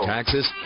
Taxes